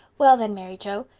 well then, mary joe,